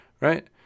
Right